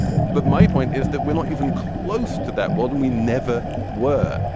but my point is that we're not even close to that wall and we never were.